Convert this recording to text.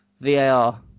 var